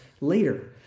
later